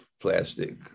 plastic